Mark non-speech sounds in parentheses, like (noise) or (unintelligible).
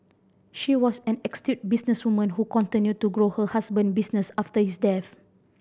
she was an (unintelligible) businesswoman who continued to grow her husband business after his death